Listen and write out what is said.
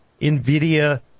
NVIDIA